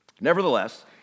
Nevertheless